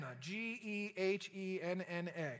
G-E-H-E-N-N-A